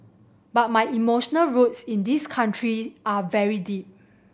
but my emotional roots in this country are very deep